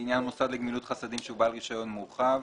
לעניין מוסד לגמילות חסדים שהוא בעל רישיון מורחב